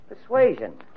Persuasion